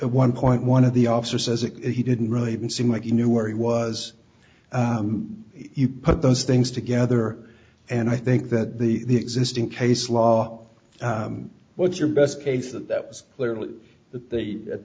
at one point one of the officer says if he didn't really even seem like he knew where he was you put those things together and i think that the instant case law what's your best case that that was clearly that they at